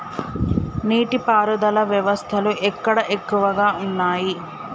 నీటి పారుదల వ్యవస్థలు ఎక్కడ ఎక్కువగా ఉన్నాయి?